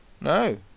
no